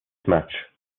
match